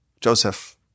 Joseph